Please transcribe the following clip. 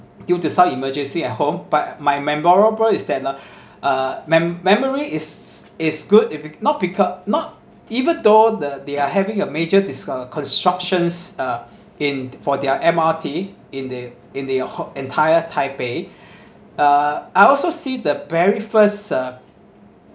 due to some emergency at home but my memorable is that uh uh my memory is is good if it not pick up not even though the they are having a major this uh constructions uh in for their M_R_T in the in the who~ entire taipei uh I also see the very first uh